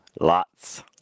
Lots